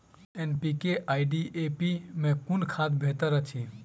NPK आ DAP मे कुन खाद बेहतर अछि?